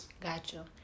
Gotcha